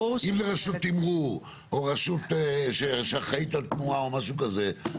ברור --- אם זה רשות תמרור או רשות שאחראית על התנועה או משהו כזה,